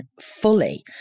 fully